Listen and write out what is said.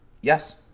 Yes